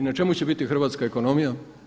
I na čemu će biti hrvatska ekonomija?